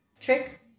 Trick